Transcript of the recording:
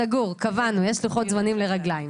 סגור, קבענו, יש לוחות-זמנים לרגליים.